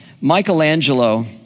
Michelangelo